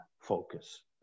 focus